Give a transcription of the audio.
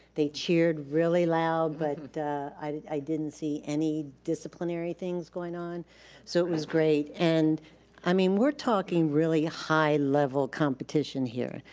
they cheered really loud but i didn't i didn't see any disciplinary things going on so it was great. and i mean, we're talking really high level competition here.